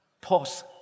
Pause